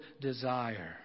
desire